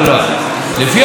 לפי הסעיף המוצע,